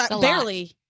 Barely